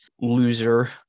loser